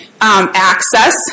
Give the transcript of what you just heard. access